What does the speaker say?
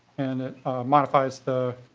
and a modifies the